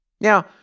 Now